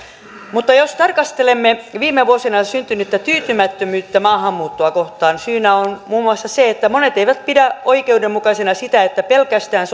mutta jos tarkastelemme viime vuosina syntynyttä tyytymättömyyttä maahanmuuttoa kohtaan syynä on muun muassa se että monet eivät pidä oikeudenmukaisena sitä että pelkästään